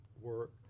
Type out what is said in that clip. work